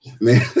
Man